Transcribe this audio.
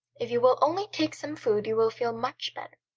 if you will only take some food you will feel much better.